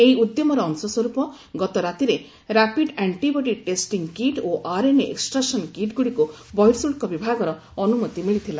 ଏହି ଉଦ୍ୟମର ଅଂଶସ୍ୱରୂପ ଗତରାତିରେ ରାପିଡ଼୍ ଆଣ୍ଟିବଡି ଟେଷ୍ଟିଂ କିଟ୍ ଓ ଆର୍ଏନ୍ଏ ଏକ୍ସଟ୍ରାକ୍ସନ୍ କିଟ୍ଗୁଡ଼ିକୁ ବହିର୍ଗୁଳ୍କ ବିଭାଗର ଅନୁମତି ମିଳିଥିଲା